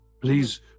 Please